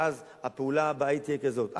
ואז הפעולה הבאה תהיה כזאת,